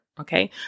Okay